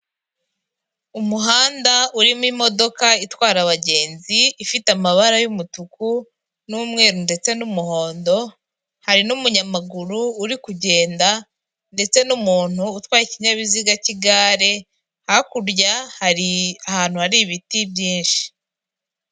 Kigali Kibagabaga hari inzu ikodeshwa ifite ibyumba bitanu. Ikodeshwa mu madolari magana abiri na mirongo ine, mu gihe kingana n'ukwezi kumwe konyine.